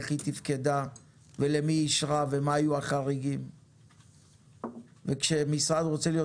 איך היא תפקדה ולמי היא אישרה ומה היו החריגים וכשמשרד רוצה להיות